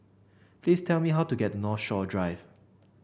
please tell me how to get to Northshore Drive